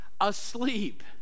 asleep